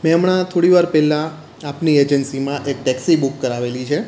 મેં હમણાં થોડીવાર પહેલાં આપની એજન્સીમાં એક ટેક્સી બુક કરાવેલી છે